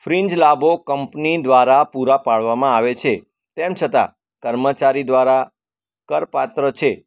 fringe લાભો company દ્વારા પૂરા પાડવામાં આવે છે તેમ છતાં કર્મચારી દ્વારા કરપાત્ર છે